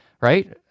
right